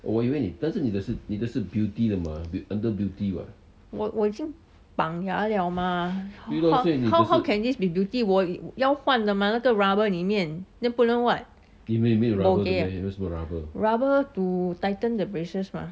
我我已经绑牙了吗 h~how how can this be beauty 我要换的吗那个 rubber 里面 then 不然 what rubber to tighten the braces mah